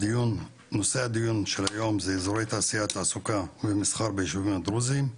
נושא הדיון של היום זה אזורי תעשייה תעסוקה ומסחר בישובים הדרוזים.